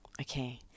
okay